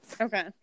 Okay